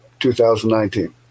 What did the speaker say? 2019